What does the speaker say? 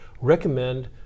recommend